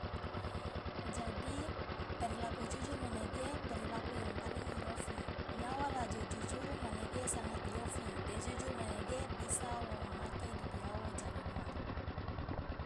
jadi perilaku jujur manege perilaku yang paling iofi nyawa la jo jujur manege sangat iofi de jujur manege bisa wo mamake dodiawo ja loloa.